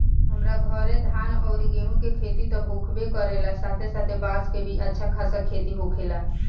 हमरा घरे धान अउरी गेंहू के खेती त होखबे करेला साथे साथे बांस के भी अच्छा खासा खेती होखेला